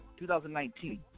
2019